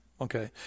okay